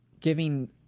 giving